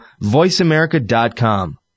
voiceamerica.com